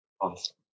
awesome